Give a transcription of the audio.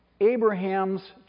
Abraham's